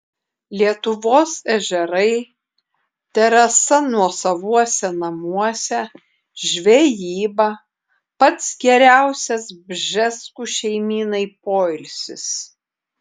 lietuvos ežerai terasa nuosavuose namuose žvejyba pats geriausias bžeskų šeimynai poilsis